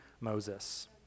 Moses